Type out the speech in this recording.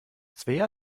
svea